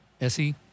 SE